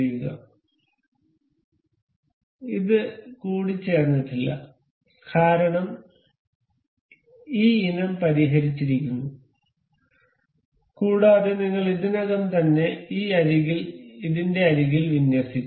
അതിനാൽ ഇത് കൂട്ടിച്ചേര്ന്നട്ടില്ല കാരണം ഈ ഇനം പരിഹരിച്ചിരിക്കുന്നു കൂടാതെ നിങ്ങൾ ഇതിനകം തന്നെ ഈ അരികിൽ ഇതിന്റെ അരികിൽ വിന്യസിച്ചു